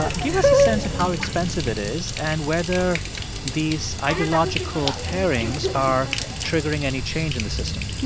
ah give us a sense of how expensive it is and whether these ideological pairings are triggering any change in the system